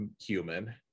human